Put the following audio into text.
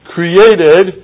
Created